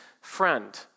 friend